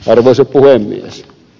arvoisa puhemies